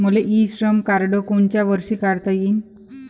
मले e Shram card कोनच्या वर्षी काढता येईन?